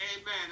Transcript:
Amen